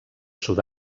sud